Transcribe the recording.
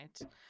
right